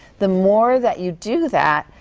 the more that you do that,